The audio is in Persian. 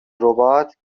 ربات